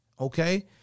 Okay